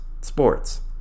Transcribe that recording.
sports